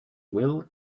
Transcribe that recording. well